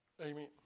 Amen